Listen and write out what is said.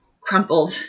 crumpled